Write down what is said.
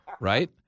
Right